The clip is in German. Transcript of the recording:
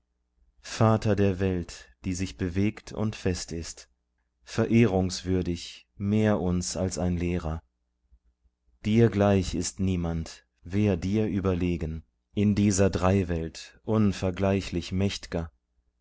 vater der welt die sich bewegt und fest ist verehrungswürdig mehr uns als ein lehrer dir gleich ist niemand wer dir überlegen in dieser dreiwelt unvergleichlich mächt'ger